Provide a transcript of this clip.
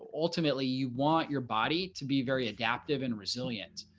ultimately, you want your body to be very adaptive and resilient.